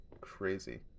crazy